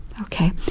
Okay